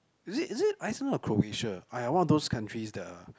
is it is it Iceland or Croatia !aiya! one of those countries the